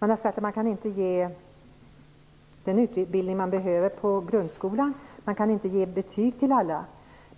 Man har sagt att man inte kan ge den utbildning som man behöver ge på grundskolan, man kan inte ge ett betyg till alla.